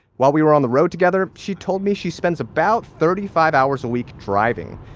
while we were on the road together, she told me she spends about thirty five hours a week driving.